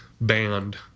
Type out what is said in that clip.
band